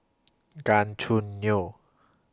Gan Choo Neo